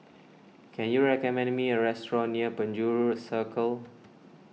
can you recommend me a restaurant near Penjuru Circle